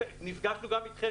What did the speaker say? נפגשנו גם איתכם,